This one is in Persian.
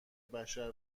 بشر